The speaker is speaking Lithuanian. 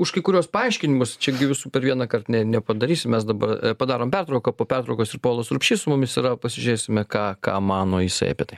už kai kuriuos paaiškinimus čia gi visų per vieną kart nepadarysi mes dabar padarom pertrauką po pertraukos ir povilas urbšys su mumis yra pasižiūrėsime ką ką mano jisai apie tai